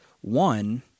One